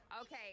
Okay